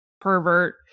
pervert